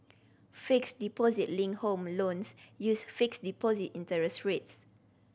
fixed deposit linked home loans use fixed deposit interest rates